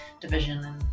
division